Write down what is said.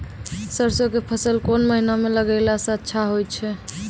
सरसों के फसल कोन महिना म लगैला सऽ अच्छा होय छै?